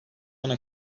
ana